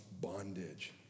bondage